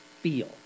feel